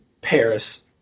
Paris